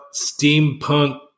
steampunk